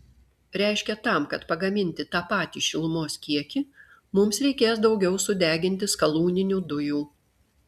reiškia tam kad pagaminti tą patį šilumos kiekį mums reikės daugiau sudeginti skalūninių dujų